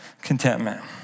contentment